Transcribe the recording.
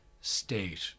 state